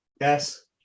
Yes